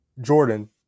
Jordan